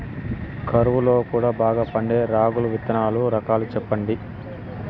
కరువు లో కూడా బాగా పండే రాగులు విత్తనాలు రకాలు చెప్పండి?